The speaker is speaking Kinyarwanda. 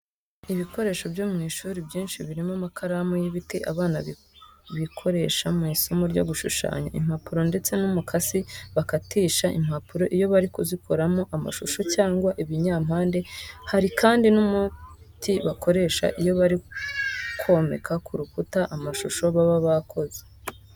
Ibikoresho byo mu ishuri byinshi brimo amakaramu y'ibiti abana bikoresha mu isomo ryo gushushanya, impapuro ndetse n'umukasi bakatisha impapuro iyo bari kuzikoramo amashusho cyangwa ibinyampande hari kandi n'umuti bakoresha iyo bari komeka ku rukuta amashusho baba bakoze.